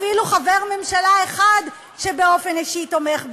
אפילו חבר ממשלה אחד שבאופן אישי תומך בכך.